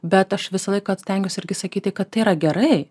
bet aš visą laiką stengiuosi irgi sakyti kad tai yra gerai